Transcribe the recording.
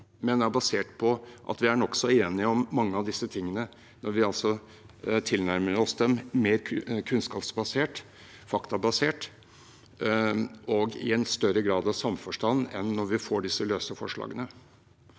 som er basert på at vi er nokså enige om mange av disse tingene, om vi tilnærmer oss dem mer kunnskaps- og faktabasert og i en større grad av samforstand enn det vi gjør når vi får disse løse forslagene.